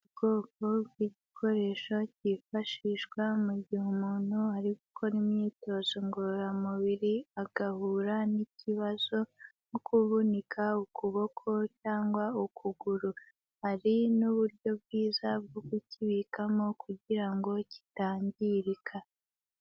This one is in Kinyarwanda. Ubwoko bw'igikoresho cyifashishwa mu gihe umuntu ari gukora imyitozo ngororamubiri, agahura n'ikibazo nko kuvunika ukuboko cyangwa ukuguru. Hari n'uburyo bwiza bwo kukibikamo kugira ngo kitangirika.